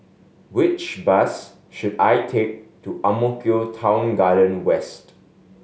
which bus should I take to Ang Mo Kio Town Garden West